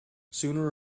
sooner